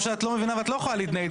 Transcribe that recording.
או שאת לא מבינה ולא יכולה להתנגד.